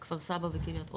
כפר סבא וקריית אונו,